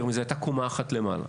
יותר מזה, הייתה קומה אחת למעלה.